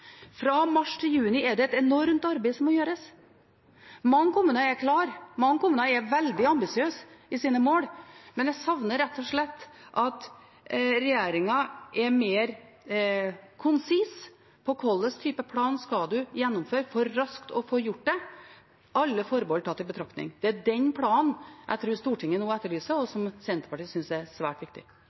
Fra mars til juni er det et enormt arbeid som må gjøres. Mange kommuner er klare, mange kommuner er veldig ambisiøse i sine mål, men jeg savner rett og slett at regjeringen er mer konsis på hvilken type plan en skal gjennomføre for raskt å få gjort det, alle forbehold tatt i betraktning. Det er den planen jeg tror Stortinget nå etterlyser, og som Senterpartiet synes er svært viktig.